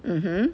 mmhmm